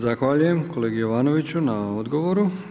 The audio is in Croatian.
Zahvaljujem kolegi Jovanoviću na odgovoru.